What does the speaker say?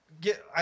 get